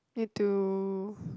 need to